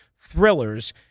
thrillers